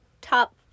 top